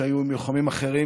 שהיו עם לוחמים אחרים,